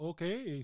Okay